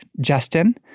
Justin